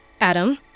Adam